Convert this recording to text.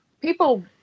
people